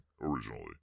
originally